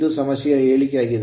ಇದು ಸಮಸ್ಯೆಯ ಹೇಳಿಕೆಯಾಗಿದೆ